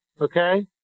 Okay